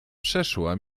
przeszła